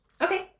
Okay